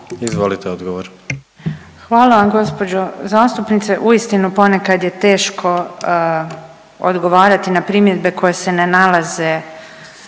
Nina (HDZ)** Hvala vam gospođo zastupnice. Uistinu ponekad je teško odgovarati na primjedbe koje se ne nalaze